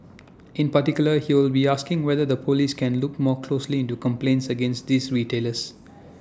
in particular he will be asking whether the Police can look more closely into complaints against these retailers